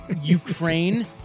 Ukraine